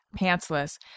pantsless